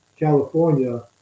California